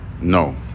No